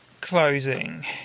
closing